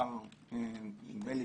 נדמה לי